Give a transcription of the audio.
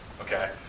Okay